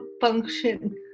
function